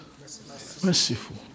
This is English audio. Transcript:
Merciful